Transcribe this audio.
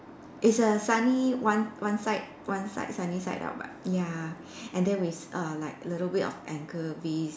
it's a sunny one one side one side sunny side up but ya and then with a little bit of anchovies